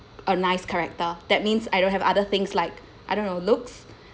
a nice character that means I don't have other things like I don't know looks